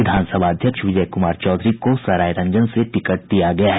विधानसभा अध्यक्ष विजय कुमार चौधरी को सरायरंजन से टिकट दिया गया है